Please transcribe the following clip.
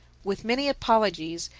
with many apologies,